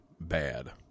bad